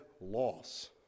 loss